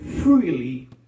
freely